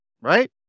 Right